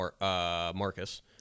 Marcus